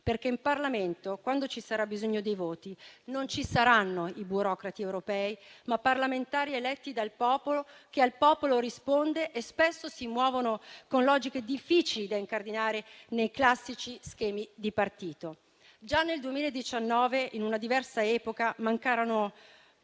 perché in Parlamento, quando ci sarà bisogno dei voti, non ci saranno i burocrati europei, ma parlamentari eletti dal popolo che al popolo rispondono e spesso si muovono con logiche difficili da incardinare nei classici schemi di partito. Già nel 2019, in una diversa epoca mancarono